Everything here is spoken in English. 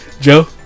Joe